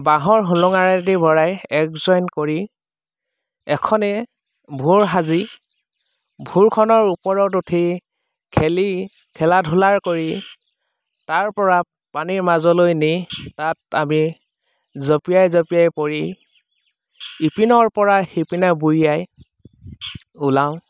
বাঁহৰ হোলোঙাৰেদি ভৰাই একজইন কৰি এখনে ভোৰ সাজি ভোৰখনৰ ওপৰত উঠি খেলি খেলা ধূলা কৰি তাৰপৰা পানীৰ মাজলৈ নি তাত আমি জঁপিয়াই জঁপিয়াই পৰি ইপিনৰ পৰা সিপিনে বুৰিয়াই ওলাওঁ